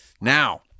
Now